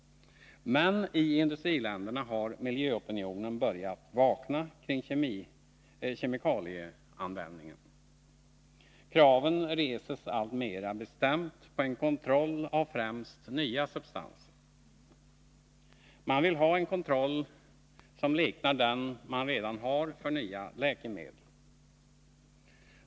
Men i industriländerna har miljöopinionen börjat vakna kring kemikalieanvändningen. Kraven reses alltmera bestämt på en kontroll av främst nya kemiska substanser. Man vill ha en kontroll som liknar den som redan finns för nya läkemedel.